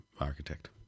architect